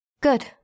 Good